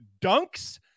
dunks